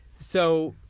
so